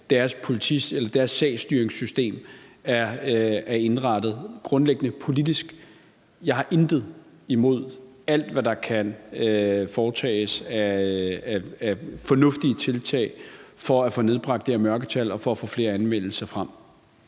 deres sagsstyringssystem er indrettet. Grundlæggende politisk har jeg intet imod alt, hvad der kan foretages af fornuftige tiltag for at få nedbragt det her mørketal og for at få flere anmeldelser frem.